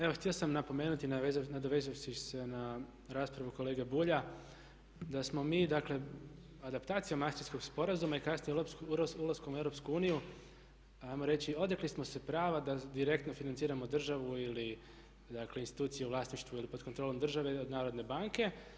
Evo htio sam napomenuti nadovezujući se na raspravu kolege Bulja da smo mi dakle adaptacijom Mastrichtškog sporazuma i kasnije ulaskom u EU ajmo reći odrekli smo se prava da direktno financiramo državu ili dakle institucije u vlasništvu ili pod kontrolom države od Narodne banke.